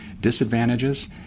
Disadvantages